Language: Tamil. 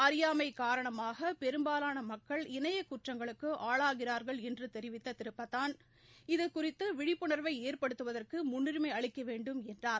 அறியானம காரணமாக பெரும்பாலான மக்கள் இணைய குற்றங்களுக்கு ஆளாகிறா்கள் என்று தெரிவித்த திரு பாட்டோன் இது குறித்து விழிப்புணா்வை ஏற்படுத்துவதற்கு முன்னுரிமை அளிக்க வேண்டும் என்றார்